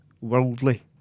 worldly